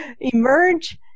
Emerge